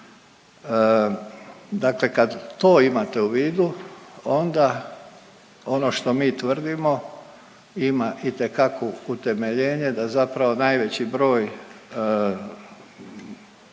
Dakle kad to imate u vidu onda ono što mi tvrdimo ima itekakvo utemeljenje da zapravo najveći broj detekcija